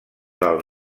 del